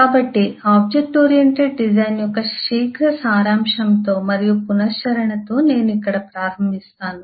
కాబట్టి object oriented design యొక్క శీఘ్ర సారాంశంతో మరియు పునశ్చరణతో నేను ఇక్కడ ప్రారంభిస్తాను